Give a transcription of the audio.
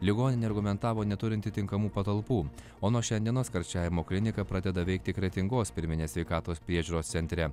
ligoninė argumentavo neturinti tinkamų patalpų o nuo šiandienos karščiavimo klinika pradeda veikti kretingos pirminės sveikatos priežiūros centre